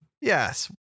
Yes